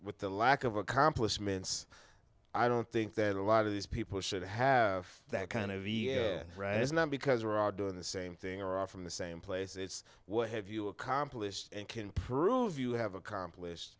with the lack of accomplishments i don't think that a lot of these people should have that kind of right it's not because we're are doing the same thing or are from the same place it's what have you accomplished and can prove you have accomplished